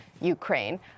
Ukraine